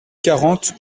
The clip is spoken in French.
quarante